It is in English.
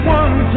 one